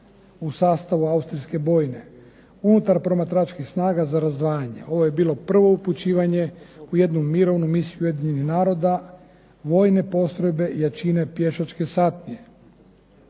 u sastavu austrijske bojne unutar promatračkih snaga za razdvajanje. Ovo je bilo prvo upućivanje u jednu mirovnu misiju Ujedinjenih naroda vojne postrojbe jačine pješačke satnije.